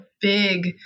big